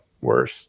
worse